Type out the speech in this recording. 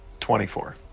24